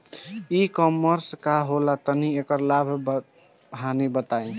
ई कॉमर्स का होला तनि एकर लाभ हानि बताई?